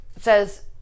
says